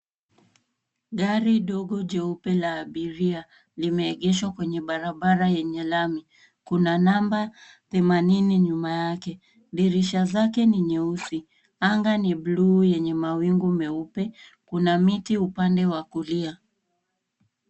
Gari dogo jeupe la abiria limeegeshwa kwenye barabara yenye lami. Kuna namba themanini nyuma yake. Dirisha zake ni nyeusi. Anga ni bluu yenye mawingu meupe. Kuna miti upande wa kulia.